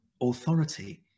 authority